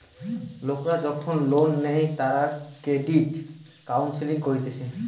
লোকরা যখন লোন নেই তারা ক্রেডিট কাউন্সেলিং করতিছে